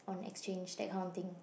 on exchange that kind of thing